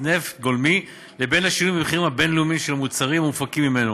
נפט גולמי לבין השינויים במחירים הבין-לאומיים של מוצרים המופקים ממנו,